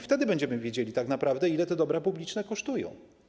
Wtedy będziemy wiedzieli tak naprawdę, ile te dobra publiczne kosztują.